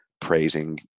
praising